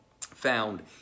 found